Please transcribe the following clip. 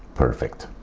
perfect.